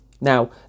Now